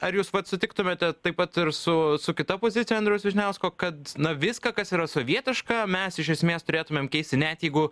ar jūs pats sutiktumėte taip pat ir su su kita pozicija andriaus vyšniausko kad na viską kas yra sovietiška mes iš esmės turėtumėm keisti net jeigu